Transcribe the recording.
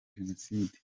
genocide